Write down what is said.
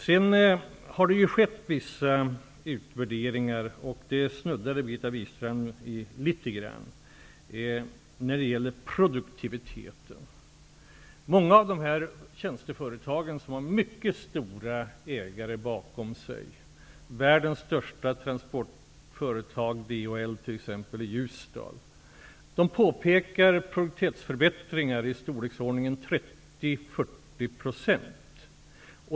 Det har skett vissa utvärderingar -- Birgitta Wistrand snuddade vid detta -- när det gäller produktiviteten. Många av tjänsteföretagen har mycket stora ägare bakom sig. Världens största transportföretag -- t.ex. DHL i Ljusdal -- pekar på produktivitetsförbättringar om i storleksordningen 30--40 %.